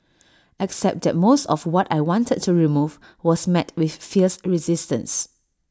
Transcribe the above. except that most of what I wanted to remove was met with fierce resistance